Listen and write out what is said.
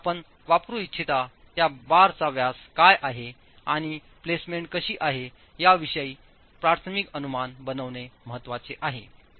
आपण वापरू इच्छिता त्या बारचा व्यास काय आहे आणि प्लेसमेंट कशी आहे याविषयी प्राथमिक अनुमान बनवणे महत्वाचे आहे